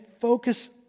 Focus